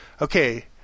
Okay